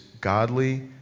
godly